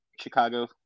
Chicago